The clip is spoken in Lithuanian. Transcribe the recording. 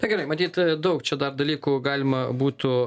na gerai matyt daug čia dar dalykų galima būtų